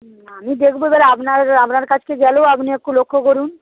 আমি দেখব এবার আপনার আপনার কাছকে গেলেও আপনি একটু লক্ষ্য করুন